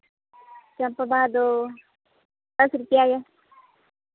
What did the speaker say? ᱪᱟᱢᱯᱟ ᱵᱟᱦᱟ ᱫᱚ ᱫᱚᱥ ᱨᱩᱯᱤᱭᱟ ᱜᱮ